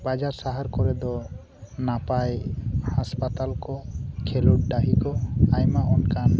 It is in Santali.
ᱵᱟᱡᱟᱨ ᱥᱟᱦᱟᱨ ᱠᱚᱨᱮᱫᱚ ᱱᱟᱯᱟᱭ ᱦᱟᱥᱯᱟᱛᱟᱞ ᱠᱚ ᱠᱷᱮᱞᱚᱰ ᱰᱟᱹᱦᱤᱠᱚ ᱟᱭᱢᱟ ᱚᱱᱠᱟᱱ